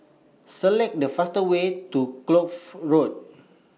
Select The fastest Way to Kloof Road